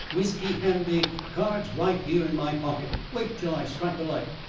whisky handy, cards right here in my pocket. wait, till i strike a light!